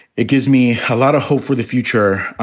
it gives me a lot of hope for the future,